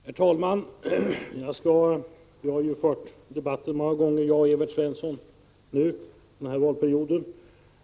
Herr talman! Evert Svensson och jag har fört sådana här debatter många gånger under denna valperiod.